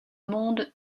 monde